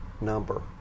number